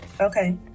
Okay